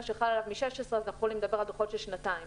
שחל עליו מ-2016 אז אנחנו יכולים לדבר על דוחות של שנתיים,